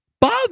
Bob